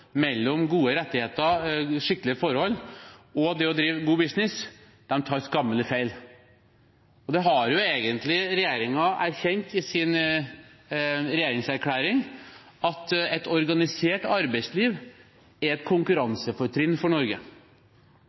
mellom gode rettigheter, skikkelige forhold og det å drive god business, tar skammelig feil. Og det har jo egentlig regjeringen erkjent i sin regjeringserklæring, at et organisert arbeidsliv er et konkurransefortrinn for Norge.